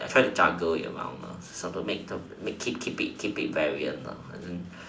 I try to juggle it well started to make to keep keep it keep variant